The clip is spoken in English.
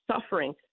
suffering